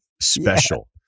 special